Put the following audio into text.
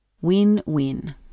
Win-win